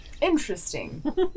interesting